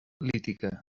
lítica